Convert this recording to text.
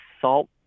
Salt